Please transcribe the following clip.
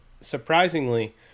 surprisingly